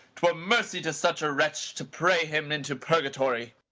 twere mercy to such a wretch to pray him into purgatory.